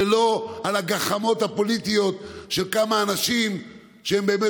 ולא על הגחמות הפוליטיות של כמה אנשים שבאמת